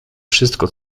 wszystko